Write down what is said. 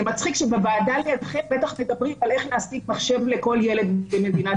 זה מצחיק שבוועדה לידכם בטח מדברים על איך להשיג מחשב לכל ילד במדינת